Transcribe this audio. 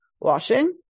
washing